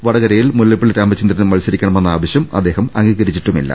വടകര യിൽ മുല്ലപ്പള്ളി രാമചന്ദ്രൻ മത്സരിക്കണമെന്ന ആവശ്യം അദ്ദേഹം അംഗീകരിച്ചിട്ടില്ല